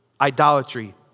Idolatry